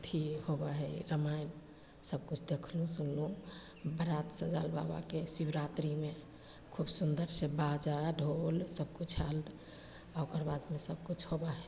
अथी होबै हइ रामायण सबकिछु देखलहुँ सुनलहुँ बरात सजल बाबाके शिवरात्रिमे खूब सुन्दरसे बाजा ढोल सबकिछु आएल ओकर बादमे सबकिछु होबै हइ